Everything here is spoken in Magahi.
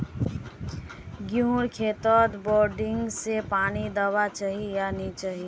गेँहूर खेतोत बोरिंग से पानी दुबा चही या नी चही?